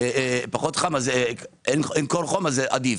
אין קור-חום, זה עדיף.